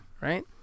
right